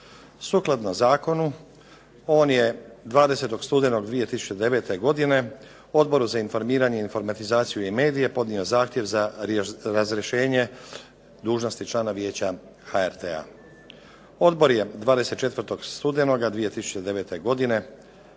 Sukladno zakonu on je 20. studenog 2009. godine Odboru za informiranje, informatizaciju i medije podnio zahtjev za razrješenje dužnosti člana Vijeća HRT-a. Odbor je 24. studenoga 2009. godine